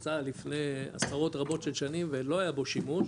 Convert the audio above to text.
בוצע לפני עשרות רבות של שנים ולא היה בו שימוש,